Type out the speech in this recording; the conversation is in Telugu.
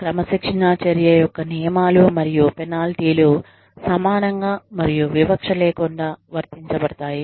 క్రమశిక్షణా చర్య యొక్క నియమాలు మరియు పెనాల్టీ లు సమానంగా మరియు వివక్ష లేకుండా వర్తించబడతాయి